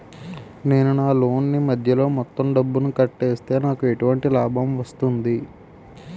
నేను నా లోన్ నీ మధ్యలో మొత్తం డబ్బును కట్టేస్తే నాకు ఎటువంటి లాభం వస్తుంది?